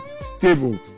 stable